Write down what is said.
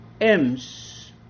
M's